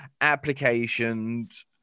applications